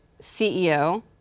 CEO